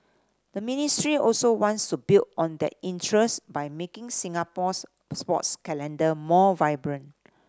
the ministry also wants to build on that interest by making Singapore's sports calendar more vibrant